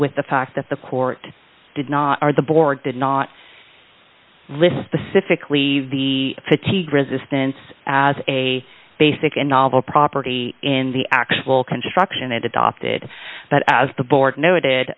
with the fact that the court did not or the board did not list specifically the fatigue resistance as a basic and novel property in the actual construction it adopted but as the board